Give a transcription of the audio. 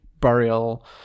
burial